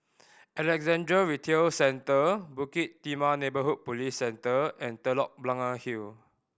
Alexandra Retail Centre Bukit Timah Neighbourhood Police Centre and Telok Blangah Hill